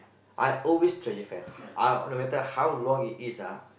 I always treasure friend I no matter how long it is ah